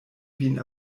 vin